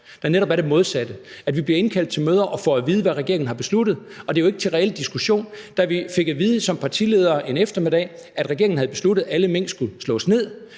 med netop er det modsatte. Vi bliver indkaldt til møder og får at vide, hvad regeringen har besluttet, og det er jo ikke til reel diskussion. Da vi som partiledere en eftermiddag fik at vide, at regeringen havde besluttet, at alle mink skulle slås ned,